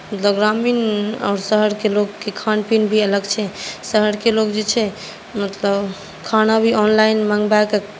मतलब ग्रामीण आ शहरके लोककेँ खान पीन भी अलग छै शहरके लोक जे छै मतलब खाना भी ऑनलाइन मँगबाकऽ